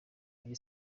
uri